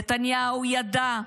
נתניהו ידע.